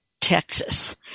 Texas